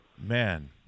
Man